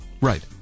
Right